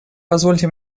позвольте